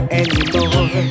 anymore